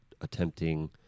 attempting